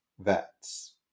vets